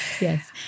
Yes